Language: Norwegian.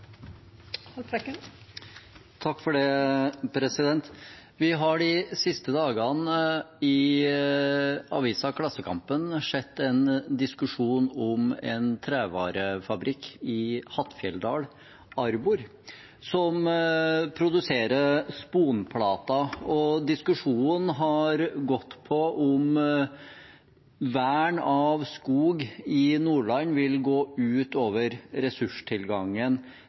Vi har de siste dagene i avisa Klassekampen sett en diskusjon om en trevarefabrikk i Hattfjelldal, Arbor, som produserer sponplater. Diskusjonen har gått på om vern av skog i Nordland vil gå ut over ressurstilgangen